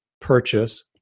purchase